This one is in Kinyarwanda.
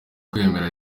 kwemera